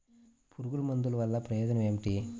పురుగుల మందుల వల్ల ప్రయోజనం ఏమిటీ?